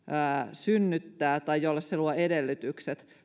synnyttää tai jolle se luo edellytykset